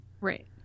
Right